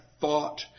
thought